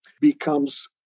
becomes